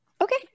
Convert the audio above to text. Okay